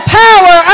power